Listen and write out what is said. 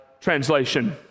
translation